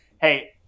hey